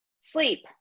sleep